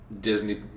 Disney